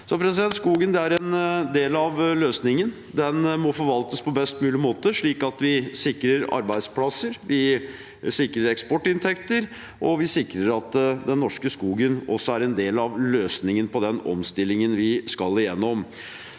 Skogen er en del av løsningen. Den må forvaltes på best mulig måte, slik at vi sikrer arbeidsplasser, sikrer eksportinntekter og sikrer at den norske skogen også er en del av løsningen på den omstillingen vi skal gjennom.